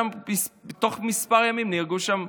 בתוך כמה ימים נהרגו שם,